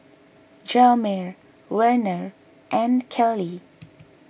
Hjalmer Werner and Kelley